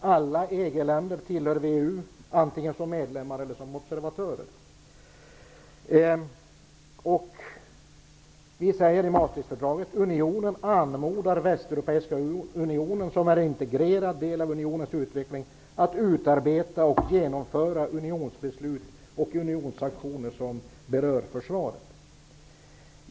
Alla EG-länder tillhör VEU, antingen som medlemmar eller som observatörer. Det framgår i Maastrichtfördraget att unionen anmodar Västeuropeiska unionen, som är en integrerad del av unionens utveckling, att utarbeta och genomföra unionsbeslut och unionsaktioner som berör försvaret.